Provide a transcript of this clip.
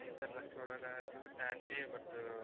ಐದಾರು ಲಕ್ಷೊಳಗೆ ಸಿಗುತ್ತೆ ಆಂಟಿ ಬಟ್